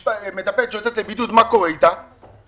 את הילדים, ומה קורה עם מטפלת שיוצאת לבידוד?